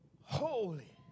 Holy